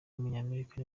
w’umunyamerika